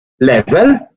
level